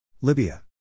Libya